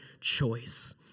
choice